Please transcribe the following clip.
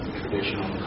traditional